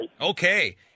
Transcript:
okay